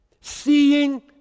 seeing